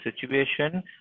situation